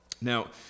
Now